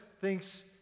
thinks